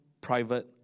private